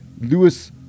lewis